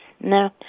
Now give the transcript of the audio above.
No